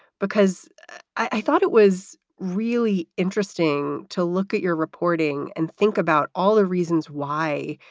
because i thought it was really interesting to look at your reporting and think about all the reasons why